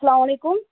اسلامُ علیکُم